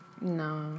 No